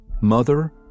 mother